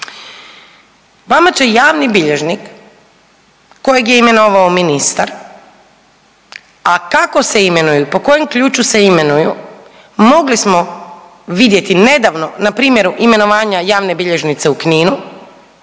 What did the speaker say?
vama će javni bilježnik kojeg je imenovao ministar, a kako se imenuju i po kojem ključu se imenuju mogli smo vidjeti nedavno na primjeru imenovanja javne bilježnice u Kninu